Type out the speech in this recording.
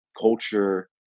culture